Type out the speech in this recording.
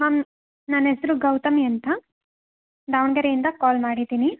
ma'am ನನ್ನ ಹೆಸರು ಗೌತಮಿ ಅಂತ ದಾವಣಗೆರೆಯಿಂದ ಕಾಲ್ ಮಾಡಿದ್ದೀನಿ